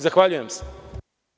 Zahvaljujem se.